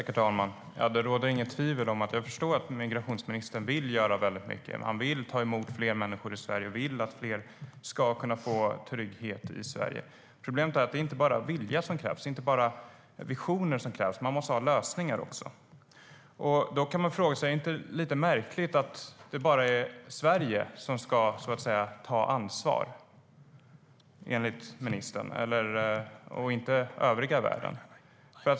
Herr talman! Det råder inga tvivel om att migrationsministern vill göra väldigt mycket. Han vill ta emot fler människor i Sverige och vill att fler ska kunna få trygghet i Sverige. Problemet är att det inte bara är vilja och visioner som krävs; man måste ha lösningar också. Man kan fråga sig om det inte är lite märkligt att det enligt ministern bara är Sverige som ska ta ansvar och inte övriga världen.